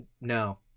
no